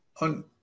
on